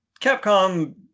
Capcom